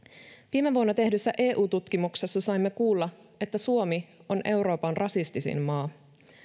viime vuonna tehdyssä eu tutkimuksessa saimme kuulla että suomi on euroopan rasistisin maa